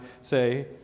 say